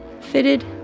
fitted